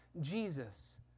Jesus